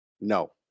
No